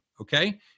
okay